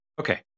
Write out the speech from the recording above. Okay